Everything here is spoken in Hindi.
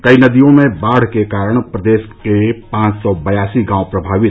कई नदियों में बाढ़ के कारण प्रदेश के पांच सौ बयासी गांव प्रभावित